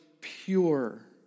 pure